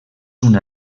una